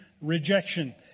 rejection